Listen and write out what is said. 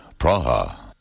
Praha